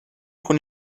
con